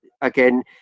again